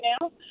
now